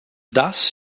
thus